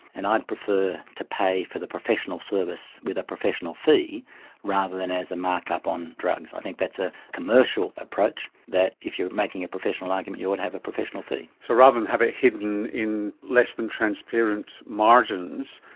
and i'd prefer to pay for the professional service with a professional fee rather than as a mark up on drugs. i think that's a commercial approach that if you're making a professional argument you ought to have a professional fee. so rather than have it hidden in less than transparent margins,